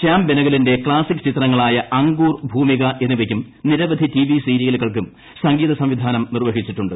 ശ്യാളിക്ക് ബനഗലിന്റെ ക്സാസിക് ചിത്രങ്ങളായ അങ്കൂർ ഭൂമിക എന്നിവ്യ്ക്കും നിരവധി ടി വി സീരിയലുകൾക്കും സംഗീത സംവിധാനം നിർവഹിച്ചിട്ടുണ്ട്